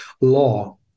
law